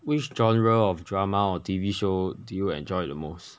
which genre of drama or T_V show do you enjoy the most